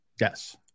yes